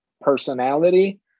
personality